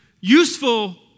useful